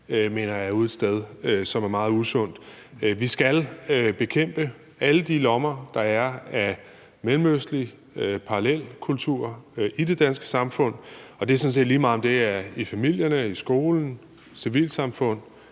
mener jeg er ude i noget, som er meget usundt. Vi skal bekæmpe alle de lommer af mellemøstlig parallelkultur, der er i det danske samfund, og det er sådan set lige meget, om det er i familierne, i skolerne, civilsamfundet